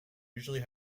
usually